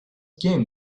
game